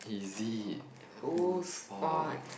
is it then whose fault